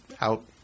out